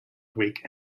greek